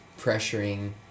pressuring